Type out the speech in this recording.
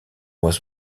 was